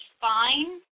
fine